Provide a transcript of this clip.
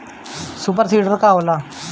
Super seeder का होला?